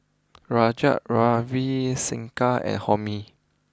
Raj Ravi Shankar and Homi